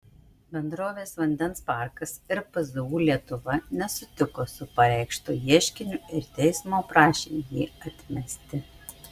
bendrovės vandens parkas ir pzu lietuva nesutiko su pareikštu ieškiniu ir teismo prašė jį atmesti